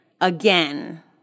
again